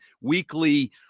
weekly